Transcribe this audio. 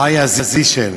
חיה זיסל,